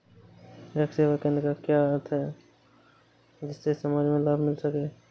ग्राहक सेवा केंद्र क्या होता है जिससे समाज में लाभ मिल सके?